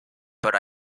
but